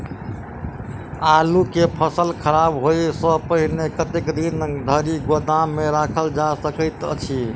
आलु केँ फसल खराब होब सऽ पहिने कतेक दिन धरि गोदाम मे राखल जा सकैत अछि?